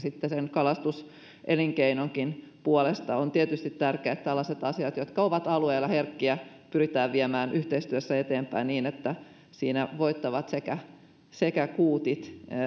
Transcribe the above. kalastuselinkeinonkin puolesta on tietysti tärkeää että tällaiset asiat jotka ovat alueella herkkiä pyritään viemään yhteistyössä eteenpäin niin että siinä sekä sekä kuutit voittavat